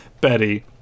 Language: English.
Betty